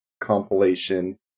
compilation